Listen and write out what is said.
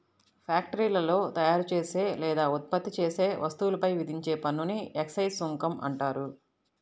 ఫ్యాక్టరీలో తయారుచేసే లేదా ఉత్పత్తి చేసే వస్తువులపై విధించే పన్నుని ఎక్సైజ్ సుంకం అంటారు